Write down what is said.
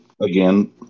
again